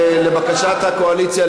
לבקשת הקואליציה,